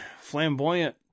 flamboyant